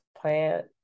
plant